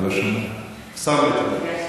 הוא לא שומע.